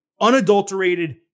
unadulterated